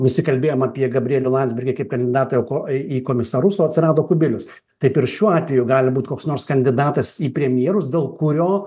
visi kalbėjom apie gabrielių landsbergį kaip kandidatą į komisarus o atsirado kubilius taip ir šiuo atveju gali būti koks nors kandidatas į premjerus dėl kurio